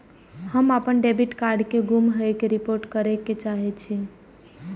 हम अपन debit card के गुम होय के रिपोर्ट करे के चाहि छी